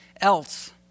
else